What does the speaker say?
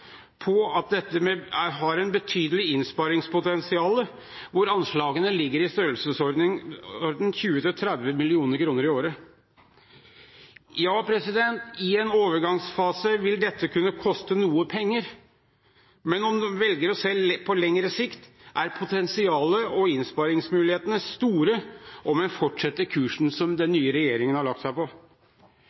på at dette har et betydelig innsparingspotensial, hvor anslagene ligger i størrelsesorden 20–30 mill. kr i året. I en overgangsfase vil dette kunne koste noe penger, men om man velger å se det på lengre sikt, er potensialet og innsparingsmulighetene store om man fortsetter kursen som den nye regjeringen har lagt seg på.